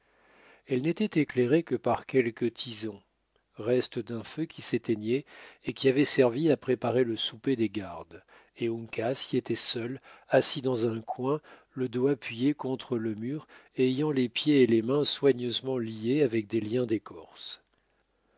elle n'était éclairée que par quelques tisons restes d'un feu qui s'éteignait et qui avait servi à préparer le souper des gardes et uncas y était seul assis dans un coin le dos appuyé contre le mur et ayant les pieds et les mains soigneusement liés avec des liens d'écorce